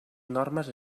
normes